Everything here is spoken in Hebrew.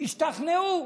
השתכנעו.